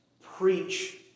preach